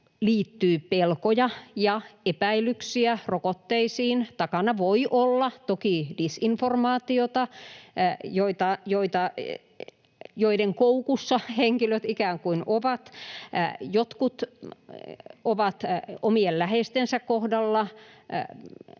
liittyy pelkoja ja epäilyksiä — takana voi olla toki disinformaatiota, joiden koukussa henkilöt ikään kuin ovat, jotkut ovat omien läheistensä kohdalla